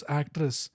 actress